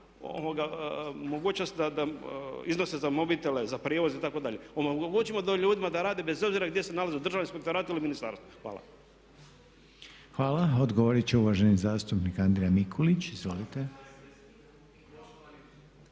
mogućnost da iznose za mobitele, za prijevoz itd. omogućimo ljudima da rade bez obzira gdje se nalaze u državnim inspektoratima ili ministarstvu. Hvala. **Reiner, Željko (HDZ)** Hvala. Odgovorit će uvaženi zastupnik Andrija Mikulić. Izvolite.